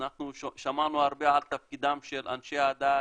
אנחנו שמענו הרבה על תפקידם של אנשי הדת